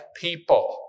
people